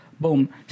boom